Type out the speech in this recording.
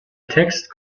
text